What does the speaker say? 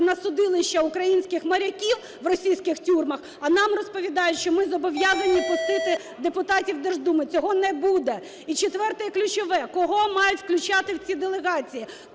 на судилище українських моряків у російських тюрмах, а нам розповідають, що ми зобов'язані пустити депутатів Держдуми. Цього не буде! І четверте і ключове. Кого мають включати в ці делегації?